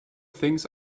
things